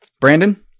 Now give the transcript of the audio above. Brandon